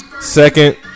Second